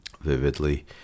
vividly